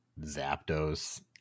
Zapdos